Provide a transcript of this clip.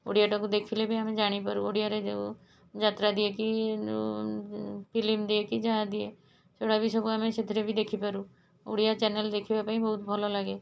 ଓଡ଼ିଆଟାକୁ ଦେଖିଲେ ବି ଆମେ ଜାଣିପାରୁ ଓଡ଼ିଆରେ ଯେଉଁ ଯାତ୍ରା ଦିଏ କି ଫିଲ୍ମ ଦିଏ କି ଯାହା ଦିଏ ସେଗୁଡ଼ା ବି ସବୁ ଆମେ ସେଥିରେ ବି ଦେଖିପାରୁ ଓଡ଼ିଆ ଚ୍ୟାନେଲ୍ ଦେଖିବାପାଇଁ ବହୁତ ଭଲ ଲାଗେ